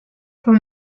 for